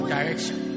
Direction